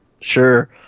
sure